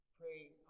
Pray